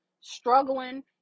struggling